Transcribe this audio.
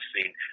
seen